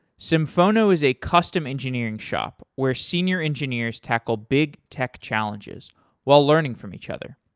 symphono is a custom engineering shop where senior engineers tackle big tech challenges while learning from each other.